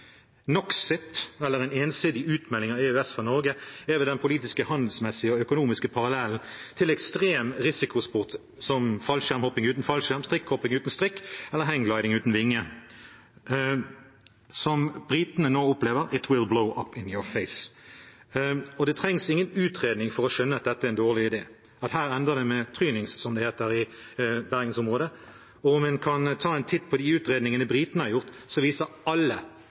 «Noxit», eller en ensidig utmelding av Norge fra EØS, er vel den politiske, handelsmessige og økonomiske parallellen til ekstrem risikosport som fallskjermhopping uten fallskjerm, strikkhopping uten strikk eller hanggliding uten vinge – som britene nå opplever: «It will blow up in your face.» Det trengs ingen utredning for å skjønne at dette er en dårlig idé, at her ender det med «trynings», som det heter i Bergens-området. Om en tar en titt på de utredningene britene har laget, viser alle